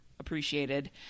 appreciated